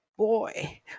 boy